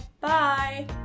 Bye